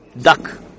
duck